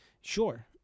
sure